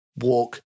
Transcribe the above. walk